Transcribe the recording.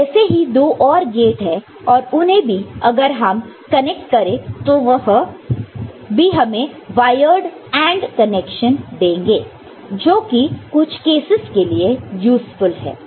तो ऐसे ही दो और गेट हैं और उन्हें भी अगर हम कनेक्ट करें तो वह भी हमें वायर्ड AND कनेक्शन देंगे जो कि कुछ केसस के लिए यूज़फुल है